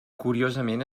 curiosament